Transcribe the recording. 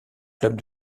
clubs